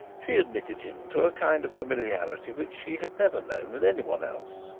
she admitted him to a kind of familiarity which she had never known with any one else,